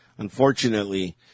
Unfortunately